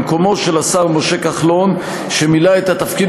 במקומו של השר משה כחלון שמילא את התפקיד